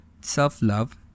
self-love